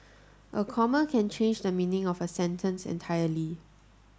a comma can change the meaning of a sentence entirely